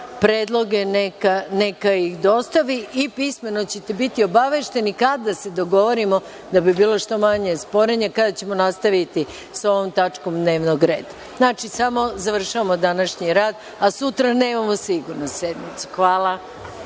predloge, neka ih dostavi. Pismeno ćete biti obavešteni kada se dogovorimo da bi bilo što manje sporenja kada ćemo nastaviti sa ovom tačkom dnevnog reda. Sa ovim završavamo današnji rad, a sutra sigurno nemamo sednicu. Hvala